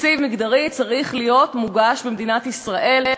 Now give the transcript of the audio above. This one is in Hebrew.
תקציב מגדרי צריך להיות מוגש במדינת ישראל.